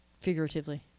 figuratively